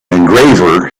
engraver